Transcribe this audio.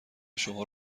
شما